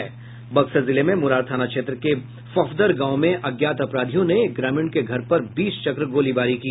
बक्सर जिले में मुरार थाना क्षेत्र के फफदर गांव में अज्ञात अपराधियों ने एक ग्रामीण के घर पर बीस चक्र गोलीबारी की